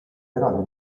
eraldi